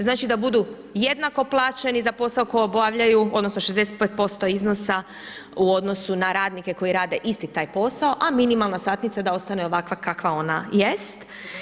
Znači da budu jednako plaćeni za posao koji obavljaju odnosno 65% iznosa u odnosu na radnike koji rade isti taj posao, a minimalna satnica da ostane ovakva kakva ona jest.